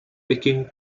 picking